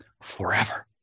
forever